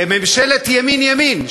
ממשלת ימין ימין,